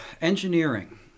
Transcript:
Engineering